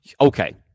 Okay